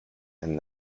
and